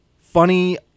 funny